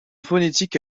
phonétique